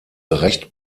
recht